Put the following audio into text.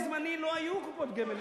בזמני לא היו קופות גמל,